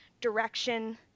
direction